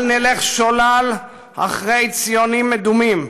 אל נלך שולל אחרי ציונים מדומים,